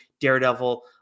Daredevil